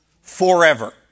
forever